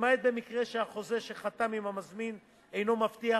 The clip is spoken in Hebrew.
למעט במקרה שהחוזה שחתם עם המזמין אינו מבטיח